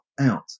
out